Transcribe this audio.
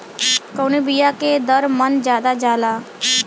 कवने बिया के दर मन ज्यादा जाला?